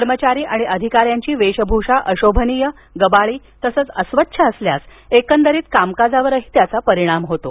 कर्मचारी आणि अधिकाऱ्यांची वेशभूषा अशोभनीय गबाळी तसंच अस्वच्छ असल्यास एकंदरीत कामकाजावरही त्याचा परिणाम होतो